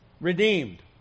Redeemed